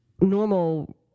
normal